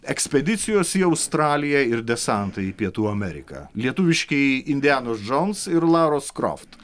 ekspedicijos į australiją ir desantą į pietų ameriką lietuviškieji indianos džons ir laros kroft